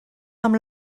amb